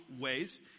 ways